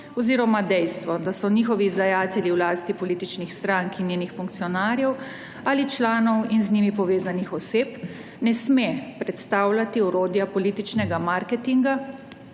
oziroma dejstvo, da so njihovi izdajatelji v lasti političnih strank in njenih funkcionarjev ali članov in z njimi povezanih oseb, ne sme predstavljati orodja političnega marketinga